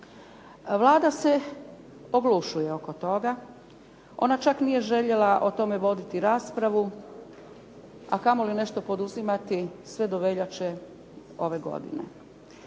Vlada se oglašuje oko toga, ona čak nije željela o tome voditi raspravu, a kamo li nešto poduzimati sve do veljače ove godine.